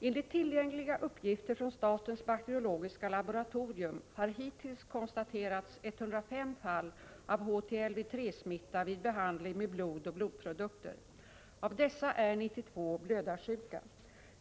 Enligt tillgängliga uppgifter från statens bakteriologiska laboratorium har hittills konstaterats 105 fall av HTLV-III-smitta vid behandling med blod och blodprodukter. Av dessa är 92 blödarsjuka.